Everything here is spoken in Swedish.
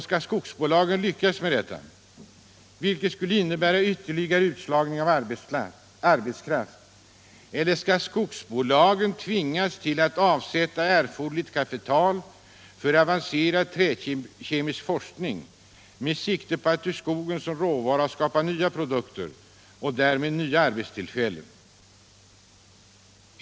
Skall skogsbolagen lyckas härmed, vilket skulle innebära ytterligare utslagning av arbetskraft? Eller skall skogsbolagen tvingas till att avsätta erforderligt kapital för avancerad träkemisk forskning med sikte på att ur skogen som råvara skapa nya produkter och därmed nya arbetstillfällen?